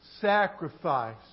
sacrifice